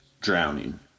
drowning